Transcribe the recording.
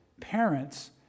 parents